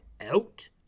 out